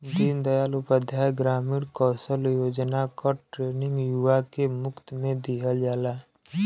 दीन दयाल उपाध्याय ग्रामीण कौशल योजना क ट्रेनिंग युवा के मुफ्त में दिहल जाला